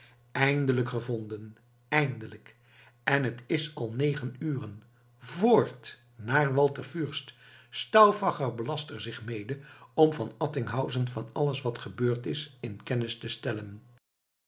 eindelijk gevonden eindelijk en het is al negen uren voort nu naar walter fürst stauffacher belast er zich mede om van attinghausen van alles wat gebeurd is in kennis te stellen